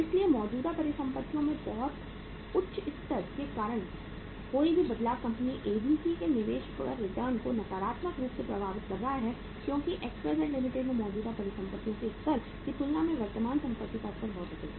इसलिए मौजूदा परिसंपत्तियों के बहुत उच्च स्तर के कारण कोई भी बदलाव कंपनी एबीसी के निवेश पर रिटर्न को नकारात्मक रूप से प्रभावित कर रहा है क्योंकि एक्सवाईजेड लिमिटेड में मौजूदा परिसंपत्तियों के स्तर की तुलना में वर्तमान संपत्ति का स्तर बहुत अधिक है